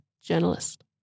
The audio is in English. journalist